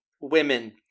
women